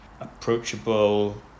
approachable